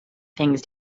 things